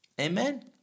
Amen